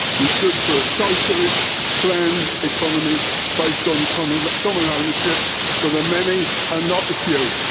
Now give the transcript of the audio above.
we stood for a socialist planned economy based on kind of common ownership for the many and not the few.